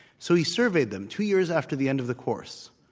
so he surveyed them two years after the end of the course.